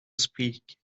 speak